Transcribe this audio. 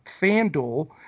FanDuel